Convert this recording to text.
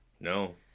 No